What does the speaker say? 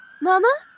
Mama